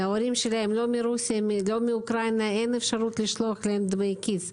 ההורים שלהם מרוסיה ומאוקראינה אין אפשרות לשלוח להם דמי כיס,